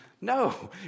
No